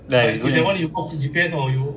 ya it's good